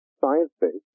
science-based